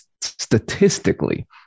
statistically